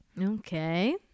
okay